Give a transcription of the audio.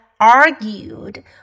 Argued